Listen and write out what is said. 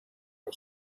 was